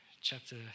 chapter